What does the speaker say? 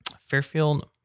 Fairfield